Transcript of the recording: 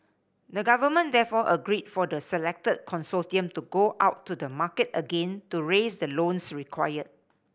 the government therefore agreed for the selected consortium to go out to the market again to raise the loans required